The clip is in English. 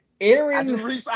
Aaron